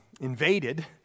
invaded